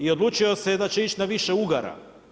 I odlučio se da će ići na više ugara.